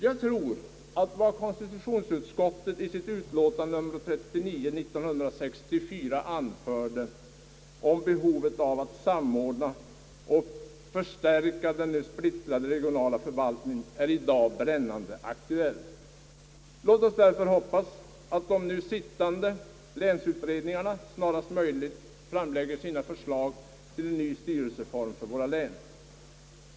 Jag tror att vad konstitutionsutskottet i sitt utlåtande nr 39 år 1964 anförde om behovet av att samordna och förstärka den nu splittrade regionala förvaltningen i dag är brännande aktuellt. Låt oss därför hoppas att nu sittande länsutredningar snarast möjligt framlägger sina förslag till en ny styrelseform för våra län.